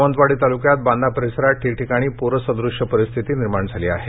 सावंतवाडी तालुक्यात बांदा परिसरात ठिकठिकाणी प्रसदृश्य परिस्थिती निर्माण झाली आहे